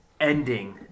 Ending